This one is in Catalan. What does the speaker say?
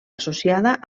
associada